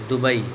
Dubai